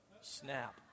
snap